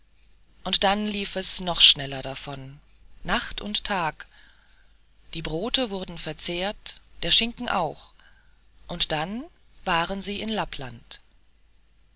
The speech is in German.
und dann lief es noch schneller davon nacht und tag die brote wurden verzehrt der schinken auch und dann waren sie in lappland